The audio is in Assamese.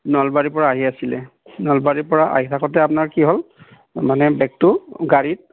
নলবাৰীৰপৰা আহি আছিলে নলবাৰীৰপৰা আহি থাকোতে আপোনাৰ কি হ'ল মানে বেগটো গাড়ীত